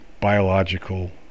biological